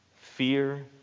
Fear